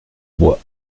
bois